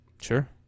Sure